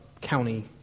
county